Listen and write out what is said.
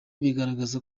bigaragaza